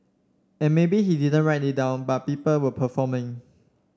and maybe he didn't write it down but people were performing